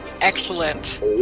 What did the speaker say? Excellent